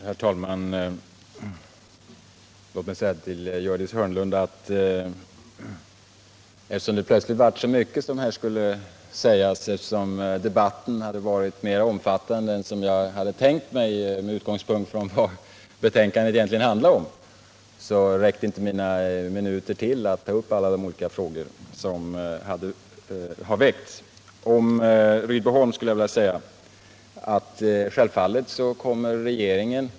Herr talman! Jag börjar förstå Arne Persson, som nästan uttryckte farhågor för att regeringen inte kommer att försöka få till stånd en förlängning av avvecklingstiden för Rydboholms AB. Jag vill understryka att det dock gäller 130 anställdas väl och ve. Men handelsministern hade inte ett enda ord att säga till dem i det sammanhanget. Han tog alltså över huvud taget inte upp den frågan. Jag var kanske naiv när jag trodde = Nr 49 att Burenstam Linder skulle framträda som ljusbringare för Rydboholms Tisdagen den anställda, men han har ju fortfarande chansen att klargöra vad han ämnar 13 december 1977 göra, t.ex. om han tänker ta upp nya förhandlingar i detta sammanhang och om det kommer att ske i positiv anda.